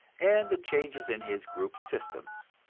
and the changes in his group systems.